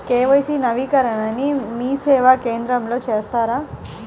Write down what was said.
KYC నవీకరణని మీసేవా కేంద్రం లో చేస్తారా?